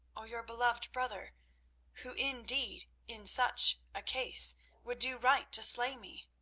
or your beloved brother who, indeed, in such a case would do right to slay me.